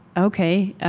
ok.